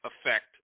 effect